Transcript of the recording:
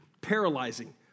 paralyzing